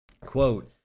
Quote